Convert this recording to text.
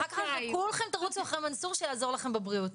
אחר כך כולכם תרוצו אחרי מנסור שיעזור לכם בבריאות.